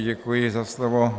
Děkuji za slovo.